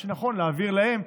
ונראה לי שנכון להעביר אליהם.